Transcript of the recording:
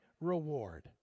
reward